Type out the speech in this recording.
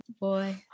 boy